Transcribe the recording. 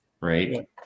Right